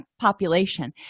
population